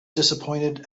disappointed